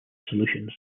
solutions